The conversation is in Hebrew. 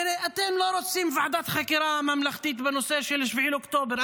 כי הרי אתם לא רוצים ועדת חקירה ממלכתית בנושא של 7 באוקטובר,